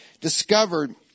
discovered